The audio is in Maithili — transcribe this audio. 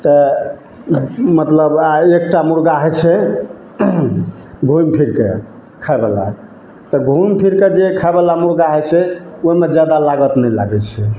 तऽ मतलब आ एकटा मुर्गा होइ छै घुमि फिरके खाइ बला तऽ घुमि फिर कऽ जे खाइ बला मुर्गा होइ छै ओहिमे जादा लागत नहि लागैत छै